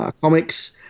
comics